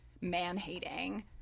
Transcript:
man-hating